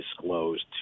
disclosed